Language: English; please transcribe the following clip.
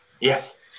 Yes